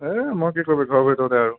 এই মই কি কৰিবি ঘৰৰ ভিতৰতে আৰু